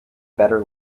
better